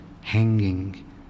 hanging